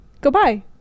goodbye